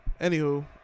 anywho